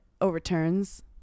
overturns